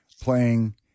playing